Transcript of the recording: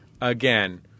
again